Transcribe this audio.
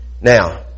Now